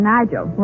Nigel